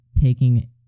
taking